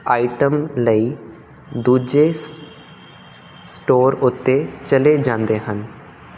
item ਲਈ ਦੂਜੇ store ਉੱਤੇ ਚਲੇ ਜਾਂਦੇ ਹਨ